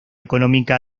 económica